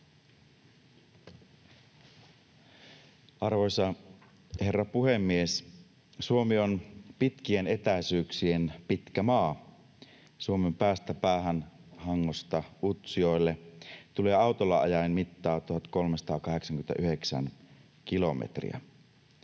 Arvoisa herra puhemies! Suomi on pitkien etäisyyksien pitkä maa. Suomen päästä päähän, Hangosta Utsjoelle, tulee autolla ajaen mittaa 1 389 kilometriä.